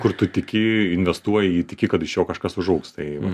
kur tu tiki investuoji į tiki kad iš jo kažkas užaugs tai va